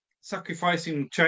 Sacrificing